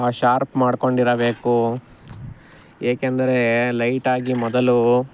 sharp ಮಾಡಿಕೊಂಡಿರಬೇಕು ಏಕೆಂದರೆ ಲೈಟಾಗಿ ಮೊದಲು